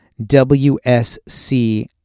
WSC